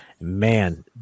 Man